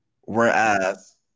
whereas